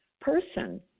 person